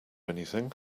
anything